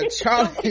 Charlie